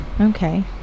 okay